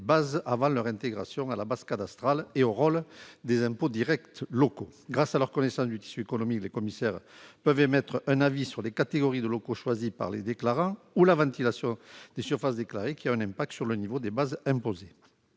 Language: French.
bases avant leur intégration à la base cadastrale et aux rôles des impôts directs locaux. Grâce à leur connaissance du tissu économique, les commissaires peuvent émettre un avis sur les catégories de locaux choisies par les déclarants ou sur la ventilation des surfaces déclarées, qui a un impact sur le niveau des bases imposées.